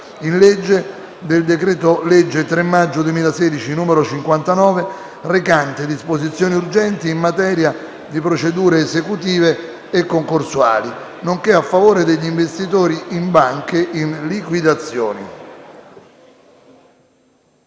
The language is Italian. in legge del decreto-legge 3 maggio 2016, n. 59, recante disposizioni urgenti in materia di procedure esecutive e concorsuali, nonché a favore degli investitori in banche in liquidazione